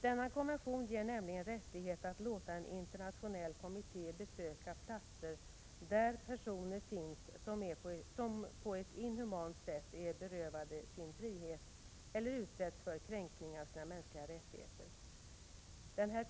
Denna konvention ger nämligen en internationell kommitté rättighet att besöka platser där personer finns som är på ett inhumant sätt berövade sin frihet eller utsätts för kränkning av sina mänskliga rättigheter.